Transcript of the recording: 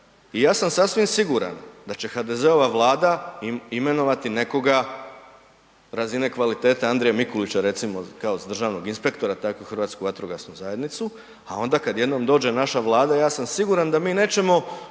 i ja sam sasvim siguran da će HDZ-ova Vlada imenovati nekoga razine kvalitete Andrije Mikulića recimo kao državnog inspektora tako Hrvatsku vatrogasnu zajednicu, a onda kada jednom dođe naša vlada ja sam siguran da mi nećemo